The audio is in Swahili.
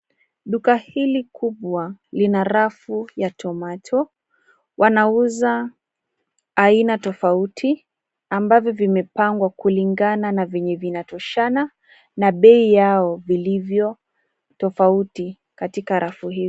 Duka hili kubwa lina rafu ya tomato . Wanauza aina tofauti ambavyo vimepangwa kulingana na venye vinatoshana na bei yao vilivyo tofauti katika rafu hii.